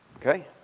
Okay